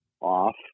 off